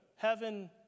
Heaven